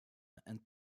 and